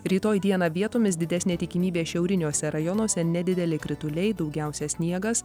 rytoj dieną vietomis didesnė tikimybė šiauriniuose rajonuose nedideli krituliai daugiausia sniegas